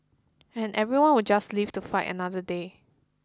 and everyone will just live to fight another day